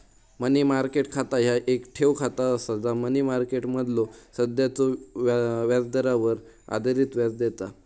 मनी market खाता ह्या येक ठेव खाता असा जा मनी मार्केटमधलो सध्याच्यो व्याजदरावर आधारित व्याज देता